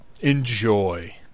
enjoy